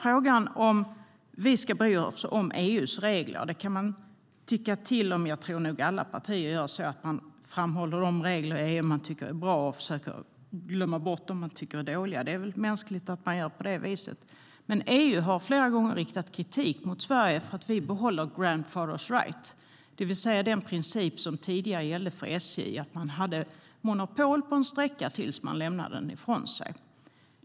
Frågan om vi ska bry oss om EU:s regler kan man ha åsikter om. Jag tror att alla partier framhåller de regler i EU som man tycker är bra medan man försöker att glömma bort de regler som man tycker är dåliga. Det är mänskligt att man gör på det viset. Men EU har flera gånger riktat kritik mot Sverige för att vi behåller grandfather rights, det vill säga den princip som tidigare gällde då man hade monopol på en sträcka tills man lämnade den ifrån sig.